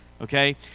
okay